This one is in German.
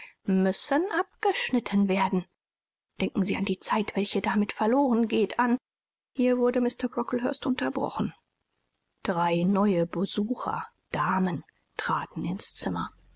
müssen abgeschnitten werden denken sie an die zeit welche damit verloren geht an hier wurde mr brocklehurst unterbrochen drei neue besucher damen traten ins zimmer